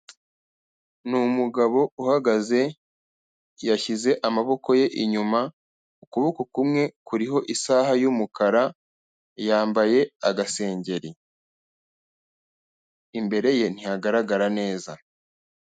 Ni umugabo uhagaze yashyize amaboko ye inyuma, ukuboko kumwe kuriho isaha y'umukara, yambaye agasengeri, imbere ye ntihagaragara neza.